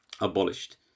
abolished